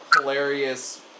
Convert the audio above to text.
hilarious